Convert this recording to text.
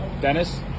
Dennis